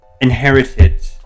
inherited